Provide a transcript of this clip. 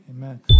Amen